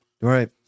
Right